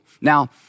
Now